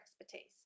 expertise